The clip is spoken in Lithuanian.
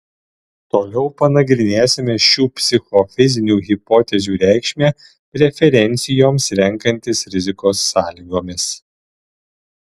toliau panagrinėsime šių psichofizinių hipotezių reikšmę preferencijoms renkantis rizikos sąlygomis